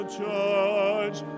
charge